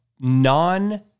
non